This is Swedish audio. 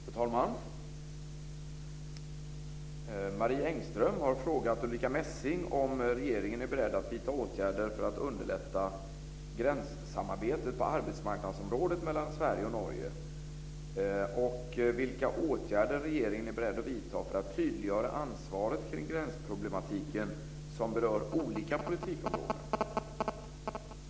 Fru talman! Marie Engström har frågat statsrådet Ulrica Messing om regeringen är beredd att vidta åtgärder för att underlätta gränssamarbetet på arbetsmarknadsområdet mellan Sverige och Norge samt vilka åtgärder regeringen är beredd att vidta för att tydliggöra ansvaret kring gränsproblematiken som berör olika politikområden.